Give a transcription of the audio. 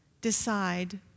decide